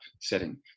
setting